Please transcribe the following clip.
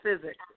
physics